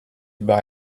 buy